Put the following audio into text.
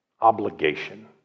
obligation